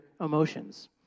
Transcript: emotions